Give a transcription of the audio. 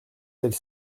celle